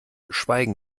schweigen